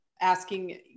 asking